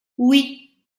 oui